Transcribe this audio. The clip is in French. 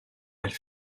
elle